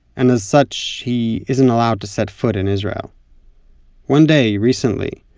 and as such he isn't allowed to set foot in israel one day, recently,